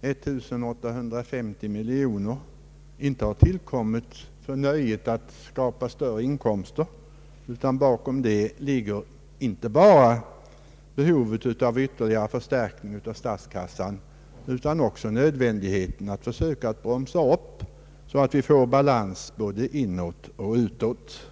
1850 miljoner, har inte tillkommit för nöjet att skapa större inkomster. Bakom förslaget ligger inte bara behovet av ytterligare förstärkning av statskassan utan också nödvändigheten av att försöka bromsa upp så att vi får balans både inåt och utåt.